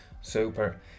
Super